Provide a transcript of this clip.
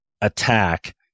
attack